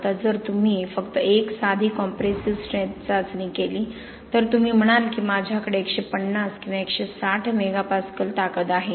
आता जर तुम्ही फक्त एक साधी कॉम्प्रेसिव्ह स्ट्रेंथ चाचणी केली तर तुम्ही म्हणाल की माझ्याकडे 150 किंवा 160 मेगापास्कल ताकद आहे